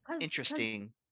interesting